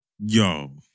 Yo